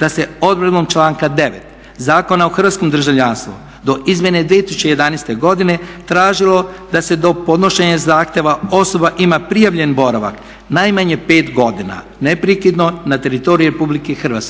da se odredbom članka 9. Zakona o hrvatskom državljanstvu do izmjene 2011.godine tražilo da se podnošenja zahtjeva osoba ima prijavljen boravak najmanje pet godina neprekidno na teritoriju RH,